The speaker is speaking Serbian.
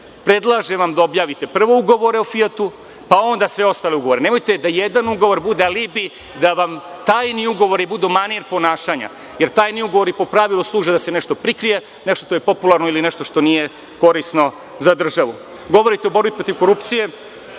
Predlažem vam da objavite prvo ugovore o „Fijatu“, pa onda sve ostale ugovore. Nemojte da jedan ugovor bude alibi, da vam tajni ugovori budu manir ponašanja jer tajni ugovori po pravilu služe da se nešto prikrije, nešto što je popularno ili nešto što nije korisno za državu. Govorite o borbi protiv korupcije.